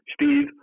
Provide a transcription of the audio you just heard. steve